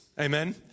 Amen